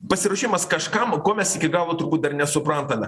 pasiruošimas kažkam ko mes iki galo turbūt dar nesuprantame